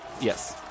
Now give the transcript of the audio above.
Yes